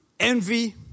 Envy